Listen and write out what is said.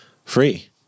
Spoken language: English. Free